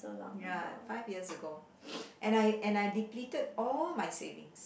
ya five years ago and I and I depleted all my savings